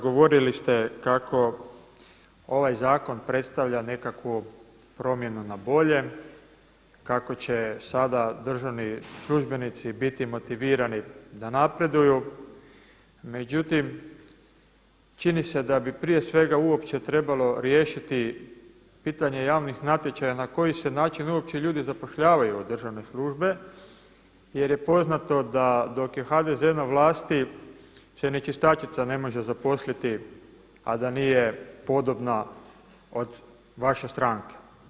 Govorili ste kako ovaj zakon predstavlja nekakvu promjenu na bolje, kako će sada državni službenici biti motivirani da napreduju, međutim čini se da bi prije svega uopće trebalo riješiti pitanje javnih natječaja na koji se način uopće ljudi zapošljavaju u državne službe jer je poznato da dok je HDZ na vlasti se ni čistačica ne može zaposliti, a da nije podobna od vaše stranke.